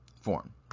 form